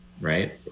right